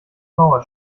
mauer